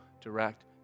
direct